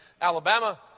Alabama